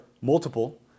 multiple